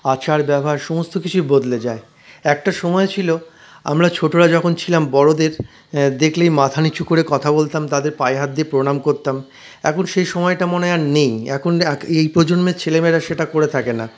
আচার ব্যবহার সমস্ত কিছুই বদলে যায় একটা সময় ছিল আমরা ছোটোরা যখন ছিলাম বড়োদের দেখলেই মাথা নিচু করে কথা বলতাম তাদের পায়ে হাত দিয়ে প্রণাম করতাম এখন সেই সময়টা মনে হয় আর নেই এখন এই প্রজন্মের ছেলেমেয়েরা সেটা করে থাকে না